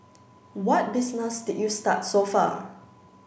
what business did you start so far